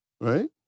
right